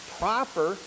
proper